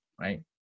right